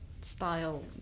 style